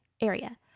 area